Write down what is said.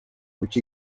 which